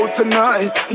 tonight